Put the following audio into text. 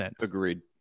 Agreed